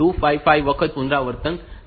તેથી તે 255 વખત પુનરાવર્તિત થાય છે